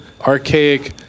archaic